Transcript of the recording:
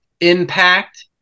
Impact